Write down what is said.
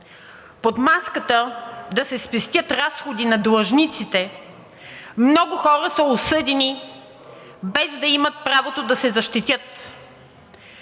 Под маската да се спестят разходи на длъжниците много хора са осъдени, без да имат правото да се защитят.